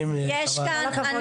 כאן,